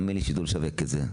הם יידעו לשווק את זה.